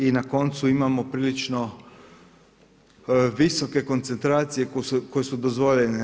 I na koncu imamo prilično visoke koncentracije koje su dozvoljene.